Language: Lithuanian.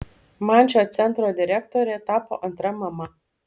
man šio centro direktorė tapo antra mama